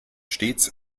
stets